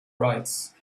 rights